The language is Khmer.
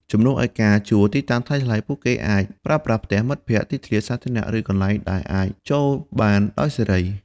ជំនួសឲ្យការជួលទីតាំងថ្លៃៗ ពួកគេអាចប្រើប្រាស់ផ្ទះមិត្តភក្តិ ទីធ្លាសាធារណៈ ឬកន្លែងដែលអាចចូលបានដោយសេរី។